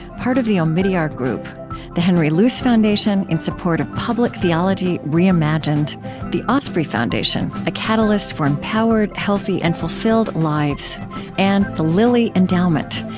part of the omidyar group the henry luce foundation, in support of public theology reimagined the osprey foundation a catalyst for empowered, healthy, and fulfilled lives and the lilly endowment,